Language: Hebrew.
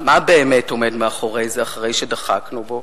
מה באמת עומד מאחורי העלאת המס על הדלקים אחרי שדחקנו בו?